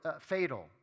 fatal